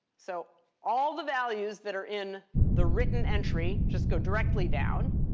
so all the values that are in the written entry just go directly down.